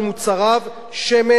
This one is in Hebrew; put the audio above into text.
שמן וסוכר,